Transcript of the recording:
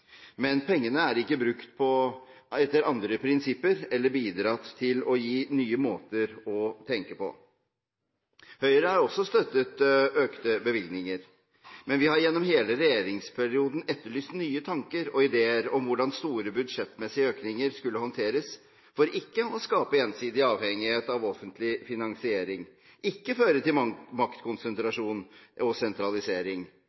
men pengene er ikke brukt etter andre prinsipper eller bidratt til nye måter å tenke på. Høyre har også støttet økte bevilgninger. Vi har gjennom hele regjeringsperioden etterlyst nye tanker og ideer om hvordan store budsjettmessige økninger skal håndteres for ikke å skape gjensidig avhengighet av offentlig finansiering, ikke føre til